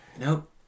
Nope